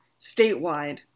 statewide